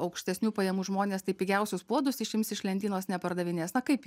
aukštesnių pajamų žmonės tai pigiausius puodus išims iš lentynos nepardavinės na kaip